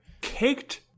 Caked